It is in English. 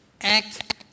act